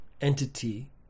entity